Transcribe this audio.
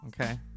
Okay